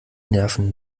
nerven